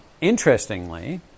interestingly